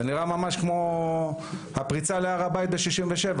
זה נראה ממש כמו הפריצה להר הבית ב-1967.